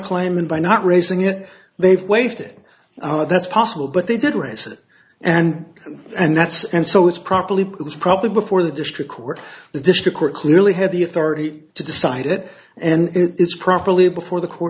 and by not raising it they've waived it that's possible but they did raise it and and that's and so it's properly it was probably before the district court the district court clearly had the authority to decide it and it's properly before the court